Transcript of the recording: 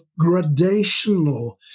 gradational